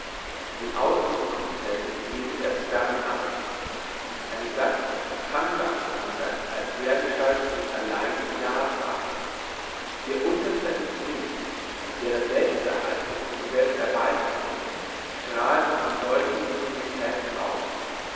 in ausgesuchten fällen betet er sich darin an eine gattung kann gar nicht anders als dergestalt zu sich allein ja sagen ihr unterster instinkt der der selbsterhaltung und selbsterweiterung strahlt noch in solchen sublimitäten aus